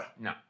No